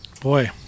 Boy